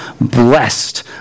blessed